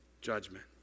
judgment